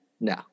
No